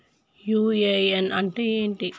UAN అంటే ఏంది?